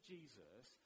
Jesus